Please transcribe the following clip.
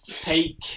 take